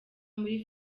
muri